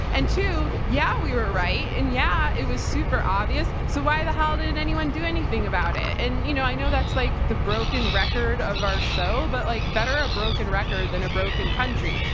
and yeah, we were right, and yeah, it was super obvious, so why the hell didn't anyone do anything about it? and you know, i know that's like the broken record of our show, but like better a broken record than a broken country,